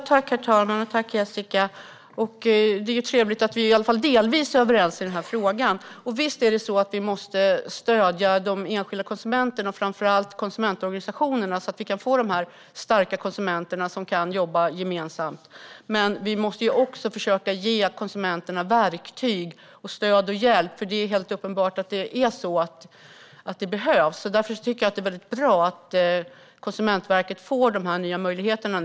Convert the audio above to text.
Herr talman! Det är trevligt att vi i alla fall delvis är överens i frågan. Visst måste vi stödja de enskilda konsumenterna och framför allt konsumentorganisationerna så att vi kan få de här starka konsumenterna, som kan jobba gemensamt. Men vi måste också försöka ge konsumenterna verktyg, stöd och hjälp. Det är helt uppenbart att det behövs. Därför tycker jag att det är väldigt bra att Konsumentverket nu får de här nya möjligheterna.